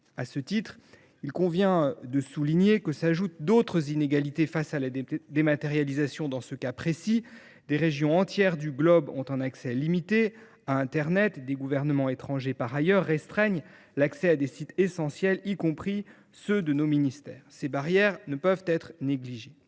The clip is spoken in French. À cet égard, il convient de souligner que s’ajoutent d’autres inégalités face à la dématérialisation : des régions entières du globe ont un accès limité à internet et des gouvernements étrangers restreignent l’accès à des sites essentiels, y compris ceux de nos ministères. Ces barrières ne peuvent être négligées.